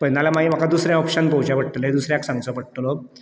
पय नाल्या म्हाका दुसरें ऑप्शन पळोवचें पडटलें दुसऱ्याक सांगचो पडटलो